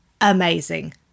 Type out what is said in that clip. amazing